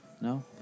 No